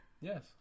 Yes